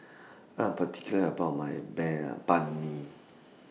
I'm particular about My Ban Ban MI